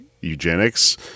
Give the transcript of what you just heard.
eugenics